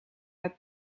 uit